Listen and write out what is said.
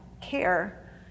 care